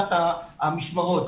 להעמדת המשמרות.